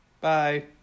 Bye